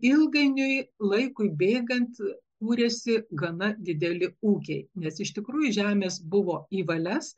ilgainiui laikui bėgant kūrėsi gana dideli ūkiai nes iš tikrųjų žemės buvo į valias